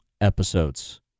episodes